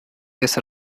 jest